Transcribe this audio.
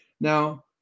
Now